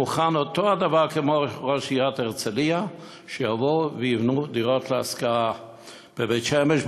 שמוכן כמו ראש עיריית הרצליה שיבואו ויבנו דירות להשכרה בבית-שמש,